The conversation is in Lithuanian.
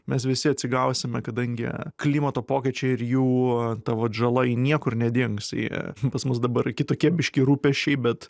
mes visi atsigausime kadangi klimato pokyčiai ir jų ta vat žala ji niekur nedings ji pas mus dabar kitokie biškį rūpesčiai bet